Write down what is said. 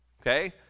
Okay